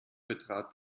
betrat